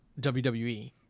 WWE